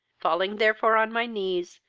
falling therefore, on my knees,